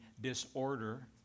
disorder